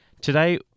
Today